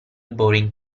boring